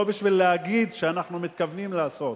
לא בשביל להגיד שאנחנו מתכוונים לעשות,